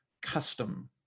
custom